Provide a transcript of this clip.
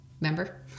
remember